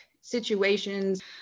situations